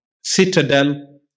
citadel